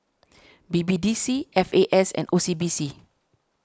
B B D C F A S and O C B C